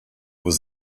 was